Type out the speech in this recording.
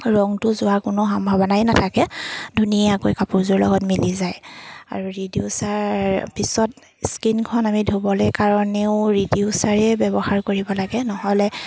ৰংটো যোৱাৰ কোনো সম্ভাৱনাই নাথাকে ধুনীয়াকৈ কাপোৰযোৰ লগত মিলি যায় আৰু ৰিডিউচাৰ পিছত স্কিনখন আমি ধুবলৈ কাৰণেও ৰিডিউচাৰে ব্যৱহাৰ কৰিব লাগে নহ'লে